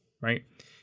right